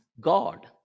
God